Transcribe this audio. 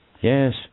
Yes